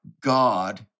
God